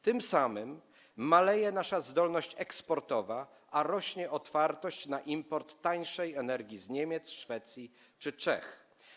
Tym samym maleje nasza zdolność eksportowa, a rośnie otwartość na import tańszej energii z Niemiec, Szwecji czy Czech.